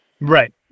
Right